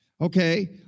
okay